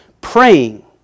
praying